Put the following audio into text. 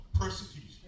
persecution